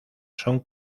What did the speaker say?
son